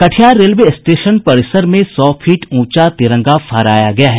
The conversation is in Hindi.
कटिहार रेलवे स्टेशन परिसर में सौ फीट ऊंचा तिरंगा फहराया गया है